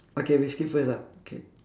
okay we skip first ah K